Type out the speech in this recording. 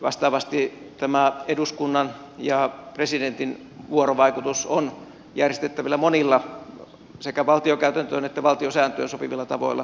vastaavasti tämä eduskunnan ja presidentin vuorovaikutus on järjestettävissä monilla sekä valtiokäytäntöön että valtiosääntöön sopivilla tavoilla